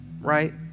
right